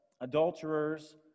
adulterers